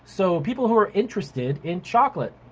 so people who are interested in chocolate,